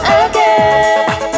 again